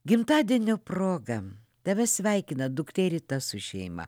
gimtadienio proga tave sveikina duktė rita su šeima